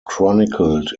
chronicled